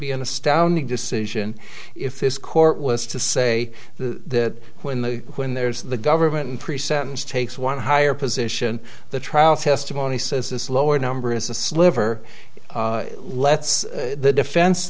be an astounding decision if this court was to say that when the when there's the government pre sentence takes one higher position the trial testimony says this lower number is a sliver let's the defen